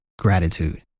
gratitude